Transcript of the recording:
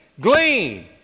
glean